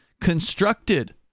constructed